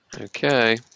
Okay